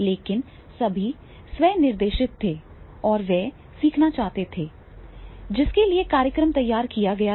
लेकिन सभी स्वयं निर्देशित थे और वे सीखना चाहते थे जिसके लिए कार्यक्रम तैयार किया गया था